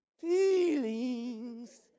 feelings